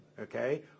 okay